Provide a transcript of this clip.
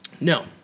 No